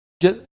get